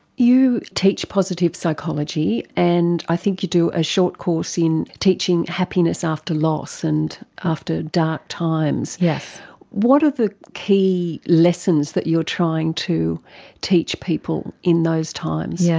you teach positive psychology, and i think you do a short course in teaching happiness after loss and after dark times. what are the key lessons that you're trying to teach people in those times? yeah